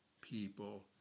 people